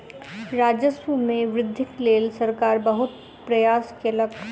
राजस्व मे वृद्धिक लेल सरकार बहुत प्रयास केलक